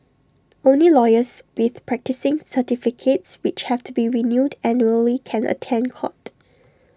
only lawyers with practising certificates which have to be renewed annually can attend court